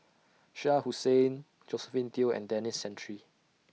Shah Hussain Josephine Teo and Denis Santry